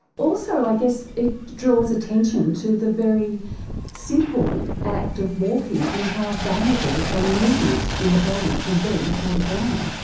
also i guess it draws attention to the very simple act of walking and how valuable a movement in the body can be for the brain.